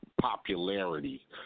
popularity